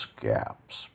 gaps